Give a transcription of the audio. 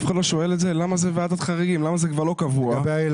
למה זה כבר לא קבוע?